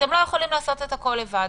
אתם לא יכולים לעשות הכול לבד.